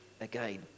again